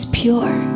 pure